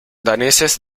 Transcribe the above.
daneses